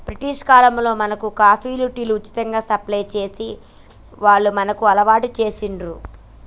British కాలంలో మనకు కాఫీలు, టీలు ఉచితంగా సప్లై చేసి వాళ్లు మనకు అలవాటు చేశిండ్లు